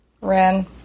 Ren